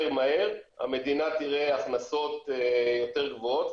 מהר המדינה תראה הכנסות יותר גבוהות,